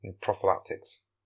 Prophylactics